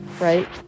right